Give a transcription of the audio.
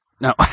no